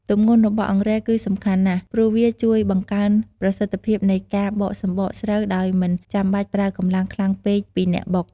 ទម្ងន់របស់អង្រែគឺសំខាន់ណាស់ ព្រោះវាជួយបង្កើនប្រសិទ្ធភាពនៃការបកសម្បកស្រូវដោយមិនចាំបាច់ប្រើកម្លាំងខ្លាំងពេកពីអ្នកបុក។